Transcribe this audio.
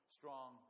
Strong